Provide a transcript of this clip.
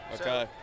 Okay